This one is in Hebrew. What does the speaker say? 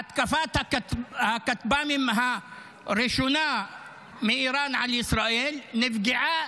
בהתקפת הכטב"מים הראשונה מאיראן על ישראל נפגעה